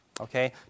Okay